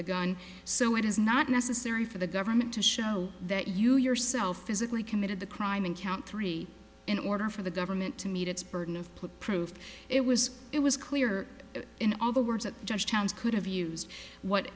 the gun so it is not necessary for the government to show that you yourself physically committed the crime in count three in order for the government to meet its burden of proof it was it was clear in other words at georgetown's could have used what